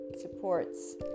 supports